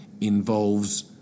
involves